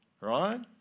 right